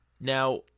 Now